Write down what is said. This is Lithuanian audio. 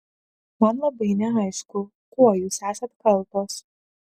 man labai neaišku kuo jūs esat kaltos